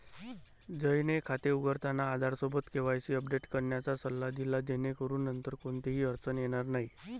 जयने खाते उघडताना आधारसोबत केवायसी अपडेट करण्याचा सल्ला दिला जेणेकरून नंतर कोणतीही अडचण येणार नाही